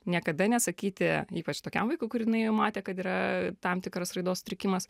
niekada nesakyti ypač tokiam vaikui kur jinai jau matė kad yra tam tikras raidos sutrikimas